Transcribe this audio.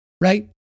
right